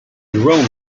roman